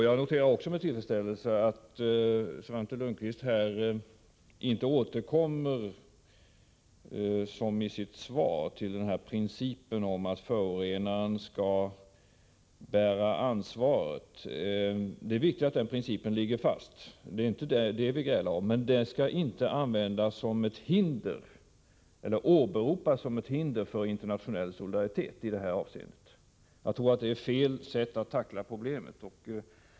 Jag noterar också med tillfredsställelse att Svante Lundkvist inte återkommer, som han gjorde i sitt svar, till principen om att förorenaren skall bära ansvaret. Det är viktigt att den principen ligger fast. Det är inte det vi grälar om, men den principen skall inte åberopas som ett hinder mot internationell solidaritet i det här avseendet. Jag tror det vore fel sätt att tackla problemet på.